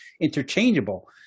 interchangeable